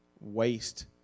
waste